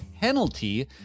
penalty